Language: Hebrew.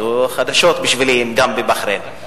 זה חדשות בשבילי שגם בבחריין.